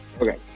Okay